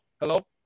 Hello